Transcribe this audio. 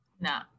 No